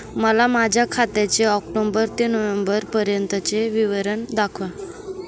मला माझ्या खात्याचे ऑक्टोबर ते नोव्हेंबर पर्यंतचे विवरण दाखवा